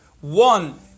One